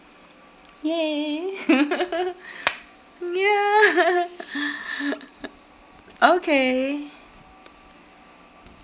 !yay! mm ya okay